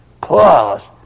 plus